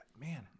Man